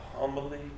humbly